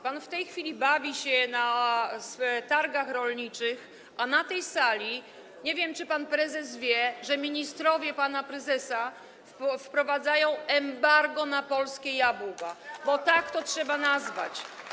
Pan w tej chwili bawi się na targach rolniczych, a na tej sali - nie wiem, czy pan prezes o tym wie - ministrowie pana prezesa wprowadzają embargo na polskie jabłka, bo tak to trzeba nazwać.